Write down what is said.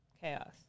Chaos